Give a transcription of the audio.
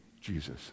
Jesus